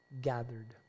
gathered